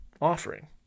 offering